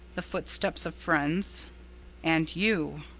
the footsteps of friends and you!